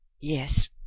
Yes